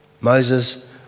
Moses